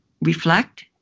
reflect